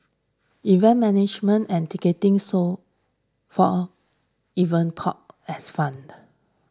event management and ticketing so far Event Pop as found